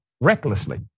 recklessly